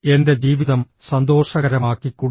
എൻറെ ജീവിതം സന്തോഷകരമാക്കിക്കൂടാ